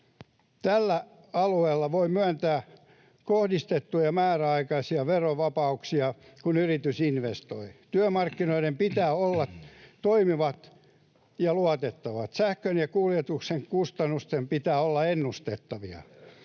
Tällä alueella voi myöntää kohdistettuja määräaikaisia verovapauksia, kun yritys investoi. Työmarkkinoiden pitää olla toimivat ja luotettavat. Sähkön ja kuljetusten kustannusten pitää olla ennustettavia.